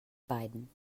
beiden